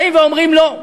באים ואומרים: לא.